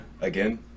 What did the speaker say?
again